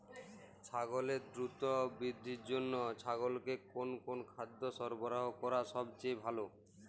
ছাগলের দ্রুত বৃদ্ধির জন্য ছাগলকে কোন কোন খাদ্য সরবরাহ করা সবচেয়ে ভালো?